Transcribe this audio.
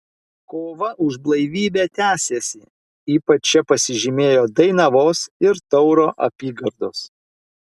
kova už blaivybę tęsėsi ypač čia pasižymėjo dainavos ir tauro apygardos